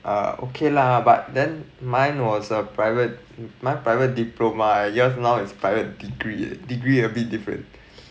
err okay lah but then mine was a private my private diploma yours now is private degree degree a bit different